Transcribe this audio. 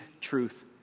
truth